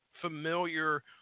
familiar